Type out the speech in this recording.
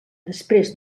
després